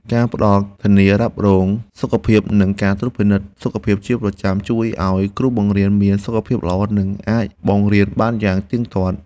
ការផ្តល់ធានារ៉ាប់រងសុខភាពនិងការពិនិត្យសុខភាពជាប្រចាំជួយឱ្យគ្រូបង្រៀនមានសុខភាពល្អនិងអាចបង្រៀនបានយ៉ាងទៀងទាត់។